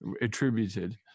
attributed